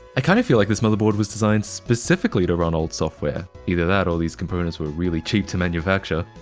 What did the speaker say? i kind of feel like this motherboard was designed specifically to run old software. either that or these components were really cheap to manufacture.